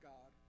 God